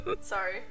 Sorry